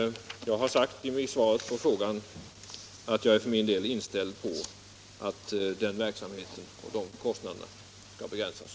Jag har i mitt svar på frågan sagt att jag för min del är inställd på att denna verksamhet och dessa kostnader skall begränsas.